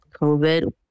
COVID